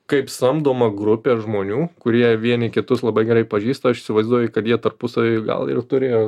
kaip samdoma grupė žmonių kurie vieni kitus labai gerai pažįsta aš įsivaizduoju kad jie tarpusavy gal ir turėjo